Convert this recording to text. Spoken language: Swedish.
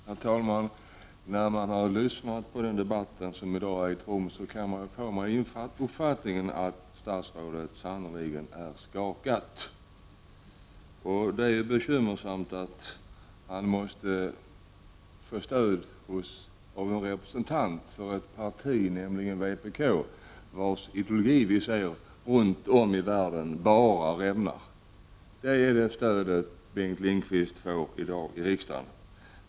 Herr talman! När man har lyssnat på den debatt som i dag har ägt rum, får man uppfattningen att statsrådet sannerligen är skakad. Och det är bekymmersamt att han måste få stöd av en representant för ett parti, vars ideologi runt om i världen bara rämnar, nämligen vpk. Det är alltså det stöd Bengt Lindqvist får i dag i rikdagen.